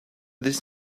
this